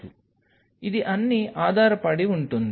ఇది అన్ని ఆధారపడి ఉంటుంది